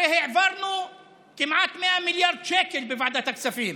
הרי העברנו כמעט 100 מיליארד שקל בוועדת הכספים,